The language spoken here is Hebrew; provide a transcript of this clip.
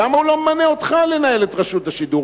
למה הוא לא ממנה אותך לנהל את רשות השידור?